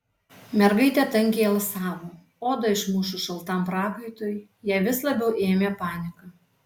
mergaitė tankiai alsavo odą išmušus šaltam prakaitui ją vis labiau ėmė panika